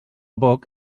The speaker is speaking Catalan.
poc